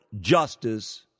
Justice